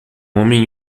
homem